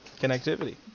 connectivity